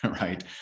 right